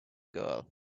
girl